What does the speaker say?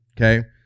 okay